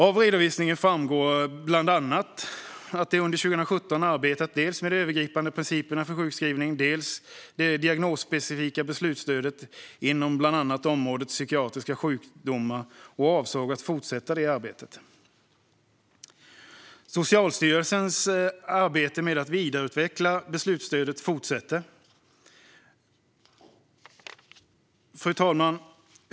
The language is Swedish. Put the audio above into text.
Av redovisningen framgår bland annat att de under 2017 har arbetat med dels de övergripande principerna för sjukskrivning, dels det diagnosspecifika beslutsstödet inom bland annat området psykiatriska sjukdomar. Det framgår även att Socialstyrelsen avser att fortsätta detta arbete, och arbetet med att vidareutveckla beslutsstödet fortsätter alltså. Fru talman!